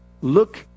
Look